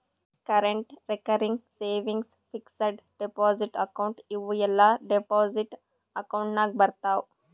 current, recurring, savings, fixed deposit account ಇವೂ ಎಲ್ಲಾ deposit account ನಾಗ್ ಬರ್ತಾವ್